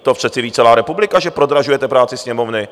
To přece ví celá republika, že prodražujete práci Sněmovny.